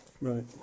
Right